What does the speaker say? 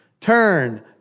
Turn